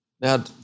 Now